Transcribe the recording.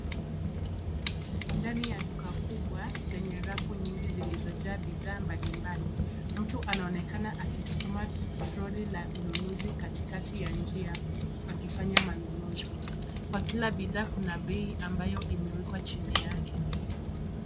Ndani ya duka kubwa lenye rafu nyingi zilizojaa bidhaa mbalimbali, mtu anaonekana akiskuma troli la mnunuzi katikati ya njia akifanya manunuzi, kwa kila bidhaa kuna bei ambayo imewekwa chini yake.